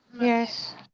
Yes